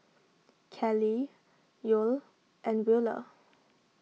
Kellie Yoel and Wheeler